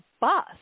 bus